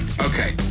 okay